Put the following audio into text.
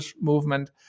movement